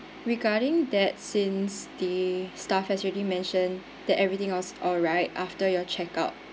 regarding that since the staff has already mentioned that everything was alright after your check out